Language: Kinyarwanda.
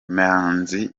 manzi